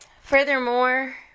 Furthermore